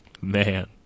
man